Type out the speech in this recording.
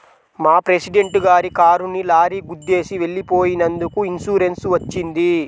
మా ప్రెసిడెంట్ గారి కారుని లారీ గుద్దేసి వెళ్ళిపోయినందుకు ఇన్సూరెన్స్ వచ్చింది